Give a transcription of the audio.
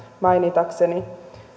mainitakseni